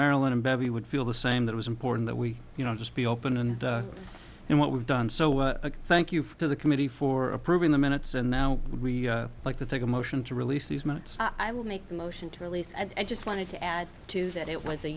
maryland betty would feel the same that was important that we you know just be open and and what we've done so thank you for the committee for approving the minutes and now would we like to take a motion to release these minutes i will make the motion to release i just wanted to add to that it was a